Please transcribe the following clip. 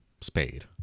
Spade